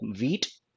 wheat